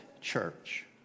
Church